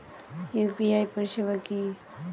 UPI পরিসেবা কি?